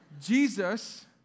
Jesus